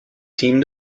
team